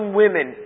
women